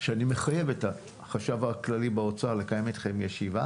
שאני מחייב את החשב הכללי באוצר לקיים אתכם ישיבה